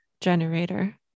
generator